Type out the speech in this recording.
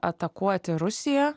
atakuoti rusiją